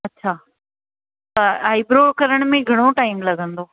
अच्छा त आईब्रो करण में घणो टाइम लॻंदो